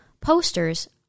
posters